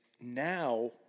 now